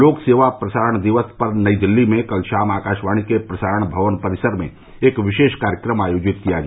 लोक सेवा प्रसारण दिवस पर नई दिल्ली में कल शाम आकाशवाणी के प्रसारण भवन परिसर में एक विशेष कार्यक्रम आयोजित किया गया